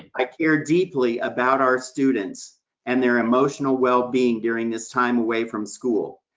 i care deeply about our students and their emotional wellbeing during this time away from school,